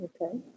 Okay